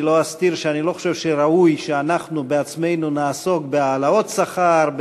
אני לא אסתיר שאני לא חושב שראוי שאנחנו בעצמנו נעסוק בהעלאות שכר,